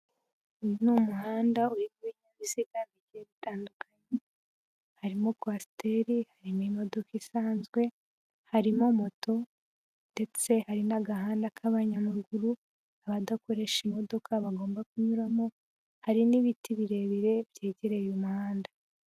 Uyu ni umuhanda urimo ibinyabiziga bigiye bitandukanye harimo kwasiteri, harimo imodoka isanzwe, harimo moto, ndetse hari n'agahanda k'abanyamaguru, abadakoresha imodoka bagomba kunyuramo, hari n'ibiti birebire, byegereye uyu umuhanda.